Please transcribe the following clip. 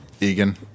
Egan